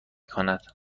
کند